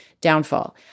Downfall